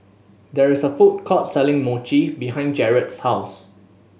there is a food court selling Mochi behind Jarred's house